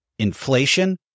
Inflation